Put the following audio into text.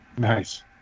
Nice